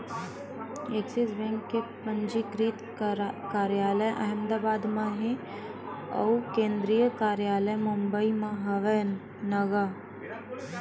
Axis bank के पंजीकृत कारयालय अहमदाबाद म हे अउ केंद्रीय कारयालय मुबई म हवय न गा